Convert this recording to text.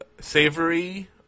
savory